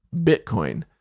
Bitcoin